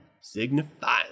Signifying